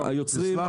היוצרים,